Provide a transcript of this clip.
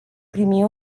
primi